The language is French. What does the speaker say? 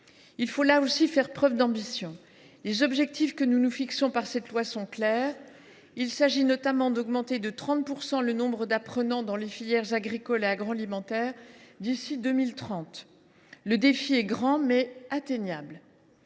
Il faut, là aussi, faire preuve d’ambition. Les objectifs que nous nous fixons dans le présent projet de loi sont clairs : il s’agit notamment d’augmenter de 30 % le nombre d’apprenants dans les filières agricoles et agroalimentaires d’ici à 2030. Le défi est grand, mais pleinement